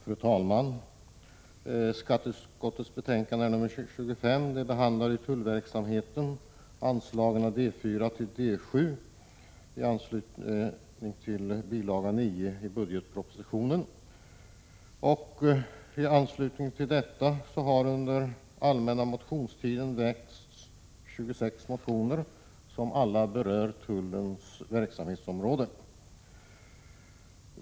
Fru talman! Skatteutskottets betänkande nr 25 behandlar tullverksamheten, anslagen D4—D7 i bil. 9 till budgetpropositionen. I anslutning härtill har under den allmänna motionstiden väckts 26 motioner som alla berör tullens verksamhetsområde.